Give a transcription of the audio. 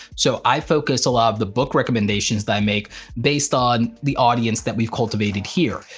so i focus a lot of the book recommendations that i make based on the audience that we've cultivated here.